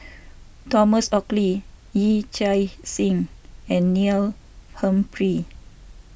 Thomas Oxley Yee Chia Hsing and Neil Humphreys